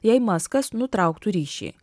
jei maskas nutrauktų ryšį